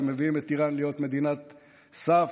שמביאים את איראן להיות מדינת סף,